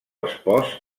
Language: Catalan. espòs